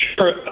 Sure